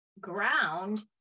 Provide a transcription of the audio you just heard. ground